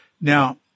Now